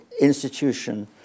institution